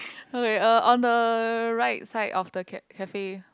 okay uh on the right side of the ca~ cafe